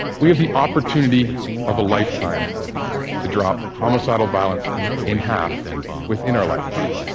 we have the opportunity of a lifetime to drop homicidal violence in half within our lifetime.